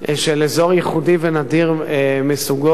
אזור ייחודי ונדיר מסוגו,